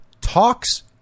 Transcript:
talks